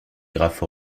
graphes